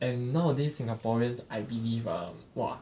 and nowadays singaporeans I believe ah !wah!